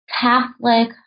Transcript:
Catholic